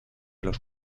los